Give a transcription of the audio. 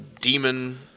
demon